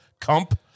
Comp